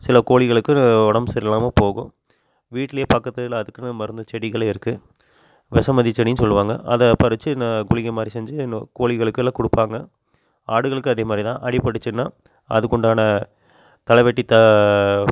சில கோழிகளுக்கு உடம்பு சரில்லாமல் போகும் வீட்லே பக்கத்தில் அதுக்குன்னு மருந்து செடிகள் இருக்குது விஷமதி செடின்னு சொல்லுவாங்க அதை பறித்து நான் மாதிரி செஞ்சு கோழிகளுக்கெல்லாம் கொடுப்பாங்க ஆடுகளுக்கும் அதே மாதிரிதான் அடிபட்டுச்சின்னா அதுக்குண்டான தலைவெட்டி த